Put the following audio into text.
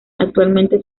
actualmente